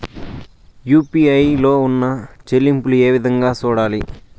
UPI లో ఉన్న చెల్లింపులు ఏ విధంగా సూడాలి